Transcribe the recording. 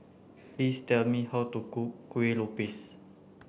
please tell me how to cook Kuih Lopes